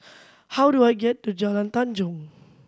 how do I get to Jalan Tanjong